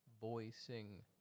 voicing